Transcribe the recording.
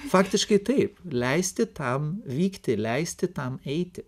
faktiškai taip leisti tam vykti leisti tam eiti